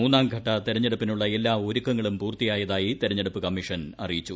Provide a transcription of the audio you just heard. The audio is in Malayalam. മൂന്നാം ഘട്ട തെരഞ്ഞെടുപ്പിനുള്ള എല്ലാ ഒരുക്കുങ്ങളുട് പൂർത്തിയായതായി തെരഞ്ഞെടുപ്പ് കമ്മീഷൻ അറിയിച്ചു